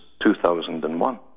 2001